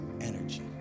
energy